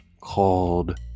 called